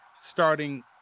starting